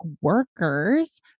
workers